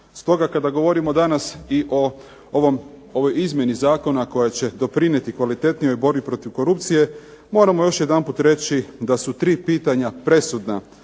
Stoga kada govorimo danas i o ovoj izmjeni zakona koja će doprinijeti kvalitetnijoj borbi protiv korupcije moramo još jedanput reći da su 3 pitanja presudna